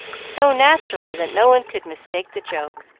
so naturally that no one could mistake the joke,